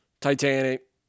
Titanic